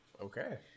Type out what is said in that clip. Okay